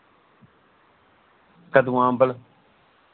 कद्दूआं अम्बल